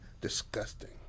Disgusting